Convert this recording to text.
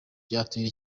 byatera